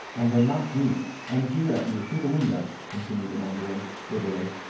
and they mock me, and jeer at me through the window, continued the mandarin, bitterly.